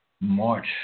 March